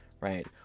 right